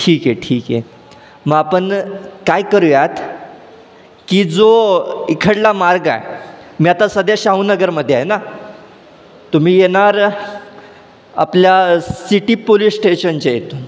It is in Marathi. ठीक आहे ठीक आहे मग आपण काय करूयात की जो इकडला मार्ग आहे मी आता सध्या शाहूनगरमध्ये आहे ना तुम्ही येणार आपल्या सिटी पोलिस स्टेशनच्या इथून